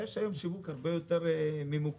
אלא יש היום שיווק הרבה יותר ממוקד.